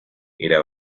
era